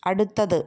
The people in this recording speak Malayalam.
അടുത്തത്